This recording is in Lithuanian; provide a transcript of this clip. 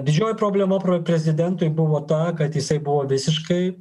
didžioji problema prezidentui buvo ta kad jisai buvo visiškai